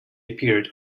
appeared